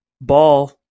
ball